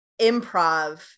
improv